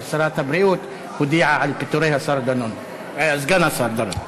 שרת הבריאות הודיעה על פיטורי סגן השר דנון.